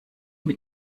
mit